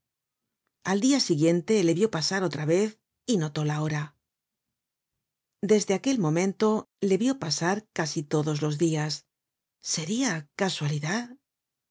al dia siguiente le vió pasar otra vez y notó la hora desde aquel momento le vió pasar casi todos los dias seria casualidad